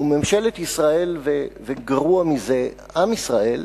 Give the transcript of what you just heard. וממשלת ישראל, וגרוע מזה, עם ישראל,